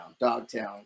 Dogtown